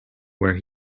where